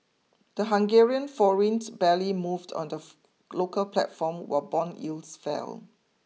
the Hungarian forint barely moved on the local platform while bond yields fell